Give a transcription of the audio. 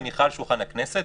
מניחה על שולחן הכנסת,